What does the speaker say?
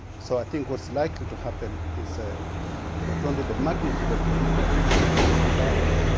so i think what's likely to happen is so not only the magnitude of the impact is likely to be larger,